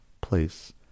place